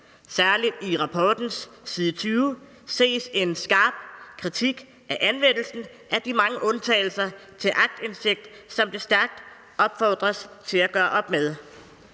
Særlig på rapportens side 20 ses en skarp kritik af anvendelsen af de mange undtagelser til aktindsigt, som det stærkt opfordres til at gøre op med.